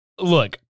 look